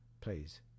please